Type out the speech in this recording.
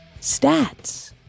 stats